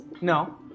No